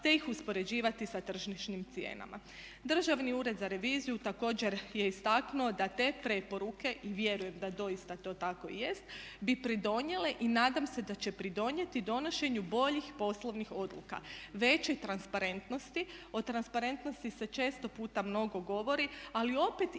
te ih uspoređivati sa tržišnim cijenama. Državni ured za reviziju također je istaknuo da te preporuke, vjerujem da doista to tako i jest, bi pridonijele i nadam se da će pridonijeti donošenju boljih poslovnih odluka, većoj transparentnosti. O transparentnosti se često puta mnogo govori ali opet imamo